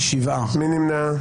מי נמנע?